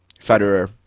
Federer